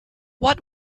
what